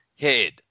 head